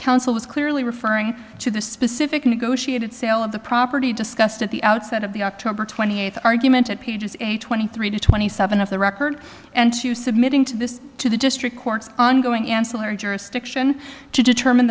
council was clearly referring to the specific negotiated sale of the property discussed at the outset of the october twenty eighth argument at pages twenty three to twenty seven of the record and to submitting to this to the district court's ongoing ancillary jurisdiction to determine